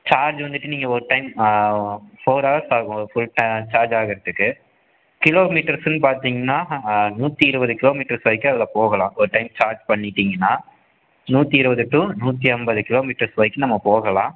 charge வந்துட்டு நீங்கள் ஒரு டைம் ஃபோர் ஹவர்ஸ் ஆகும் அது ஃபுல் சார்ஜ் ஆகுறத்துக்கு கிலோமீட்டருக்குன்னு பார்த்திங்கன்னா நூற்றி இருபது கிலோமீட்டர்ஸ் வரைக்கும் அதில் போகலாம் ஒரு டைம் சார்ஜ் பண்ணிட்டீங்கன்னா நூற்றி இருபது டு நூற்றி ஐம்பது கிலோமீட்டர்ஸ் வரைக்கும் நம்ம போகலாம்